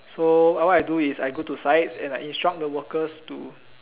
so what what I do is I go to the site and instruct the workers to